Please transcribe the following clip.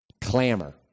Clamor